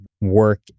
work